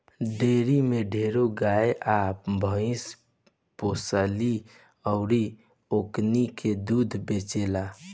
dairy में ढेरे गाय आ भइस पोसाली अउर ओकनी के दूध बेचाला